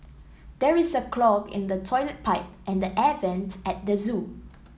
there is a clog in the toilet pipe and the air vents at the zoo